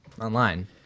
online